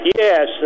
yes